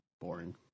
boring